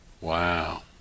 Wow